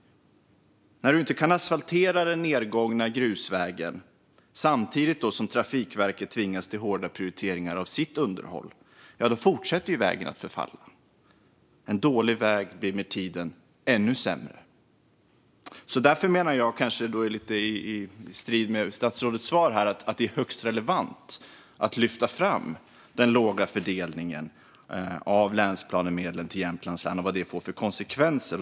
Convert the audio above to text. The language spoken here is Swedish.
När man inte kan asfaltera den nedgångna grusvägen och Trafikverket samtidigt tvingas till hårda prioriteringar av sitt underhåll fortsätter ju vägen att förfalla. En dålig väg blir med tiden ännu sämre. Därför menar jag, kanske lite i strid med statsrådets svar, att det är högst relevant att lyfta fram den låga fördelningen av länsplanemedel till Jämtlands län och vad den får för konsekvenser.